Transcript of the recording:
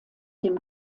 dem